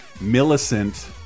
Millicent